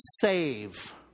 save